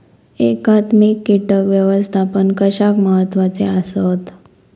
एकात्मिक कीटक व्यवस्थापन कशाक महत्वाचे आसत?